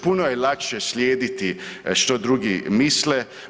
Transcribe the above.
Puno je lakše slijediti što drugi misle.